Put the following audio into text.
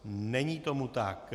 Není tomu tak.